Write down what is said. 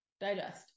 digest